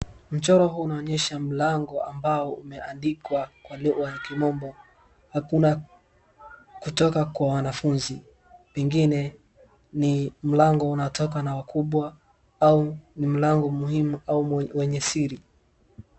Mchoro huu unaonyesha mlango ambao umeandikwa kwa lugha ya kimombo, hakuna kutoka kwa wanafunzi. Pengine ni mlango iunaotumika na wakubwa au mlango muhimu au wenye siri.